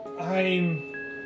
I'm-